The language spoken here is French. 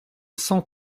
cent